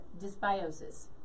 dysbiosis